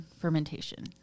fermentation